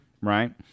right